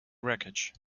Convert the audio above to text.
wreckage